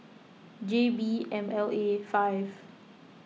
J B M L A five